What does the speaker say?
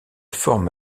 forme